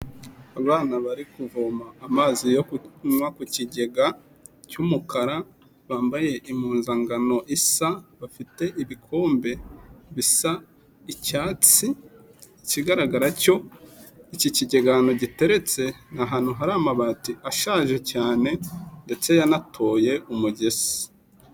Abana bari kuvoma amazi yo kunywa ku kigega cy'umukara, bambaye impunzangano isa, bafite ibikombe bisa icyatsi, ikigaragara cyo iki kigega ahantu giteretse ni ahantu hari amabati ashaje cyane ndetse yanatoye umugese.